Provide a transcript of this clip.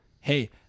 hey